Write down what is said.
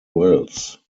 wells